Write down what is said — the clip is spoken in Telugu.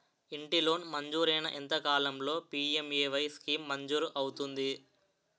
ఇంటి లోన్ మంజూరైన ఎంత కాలంలో పి.ఎం.ఎ.వై స్కీమ్ మంజూరు అవుతుంది?